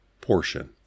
portion